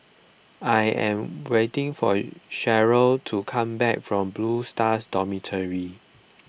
I am waiting for Cheryl to come back from Blue Stars Dormitory